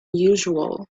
usual